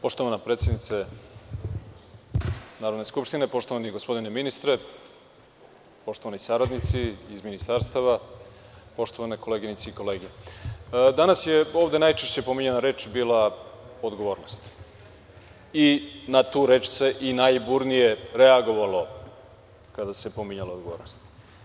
Poštovana predsednice Narodne skupštine, poštovani gospodine ministre, poštovani saradnici iz Ministarstva, poštovane koleginice i kolege, danas je ovde najčešće pominjana reč bila odgovornost i na tu reč se najburnije reagovalo kada se pominjala odgovornost.